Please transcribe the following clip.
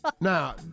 Now